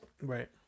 Right